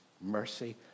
mercy